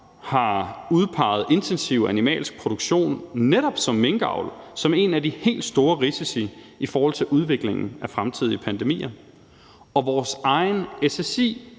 har udpeget intensiv animalsk produktion, f.eks. netop minkavl, som en af de helt store risici i forhold til udviklingen af fremtidige pandemier. Og vores egen